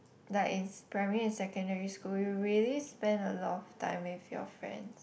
like in primary and secondary school you really spend a lot of time with your friends